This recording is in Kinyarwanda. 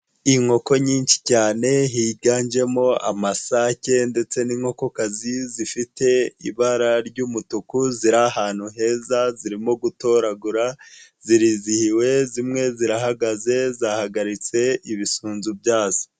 Inkoko nyinshi cyane higanjemo amasake, ndetse n'inkokokazi zifite ibara ry'umutuku, ziri ahantu heza zirimo gutoragura, zirizihiwe, zimwe zirahagaze zahagaritse ibisunzu byazo.